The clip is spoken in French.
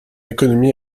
économie